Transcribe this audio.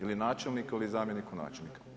Ili načelniku ili zamjeniku načelnika?